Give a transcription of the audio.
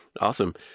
Awesome